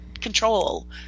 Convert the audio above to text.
control